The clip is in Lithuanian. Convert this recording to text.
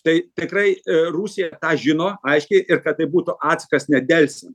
tai tikrai rusija tą žino aiškiai ir kad tai būtų atsakas nedelsiant